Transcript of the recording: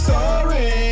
Sorry